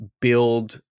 build